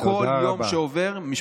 תודה רבה.